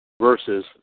versus